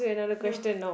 no